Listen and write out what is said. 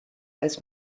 als